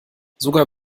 sogar